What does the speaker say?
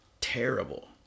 terrible